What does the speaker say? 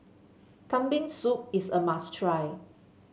Kambing Soup is a must try